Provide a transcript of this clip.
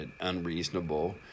unreasonable